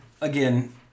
Again